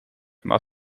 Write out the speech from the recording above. maar